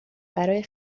برای